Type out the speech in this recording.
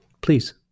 Please